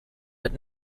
but